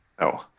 No